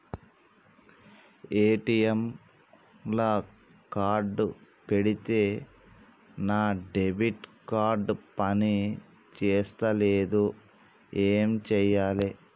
ATM లా card పెడితే నా డెబిట్ కార్డ్ పని చేస్తలేదు ఏం చేయాలే?